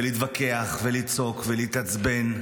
ולהתווכח ולצעוק ולהתעצבן,